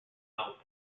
belt